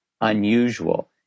unusual